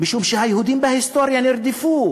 משום שהיהודים בהיסטוריה נרדפו,